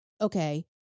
okay